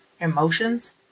emotions